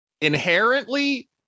Inherently